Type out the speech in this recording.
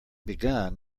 begun